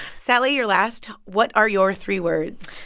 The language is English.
sally, you're last. what are your three words?